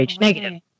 negative